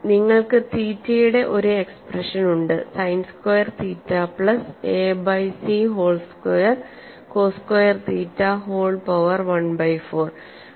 നിങ്ങൾക്ക് തീറ്റ യുടെ ഒരു എക്സ്പ്രഷൻ ഉണ്ട് sine square theta plus a by c whole square cos square theta whole power 1 by 4